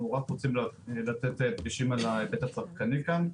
אנחנו רק רוצים לתת דגשים על ההיבט הצרכני כאן.